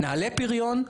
נעלה פריון,